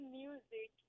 music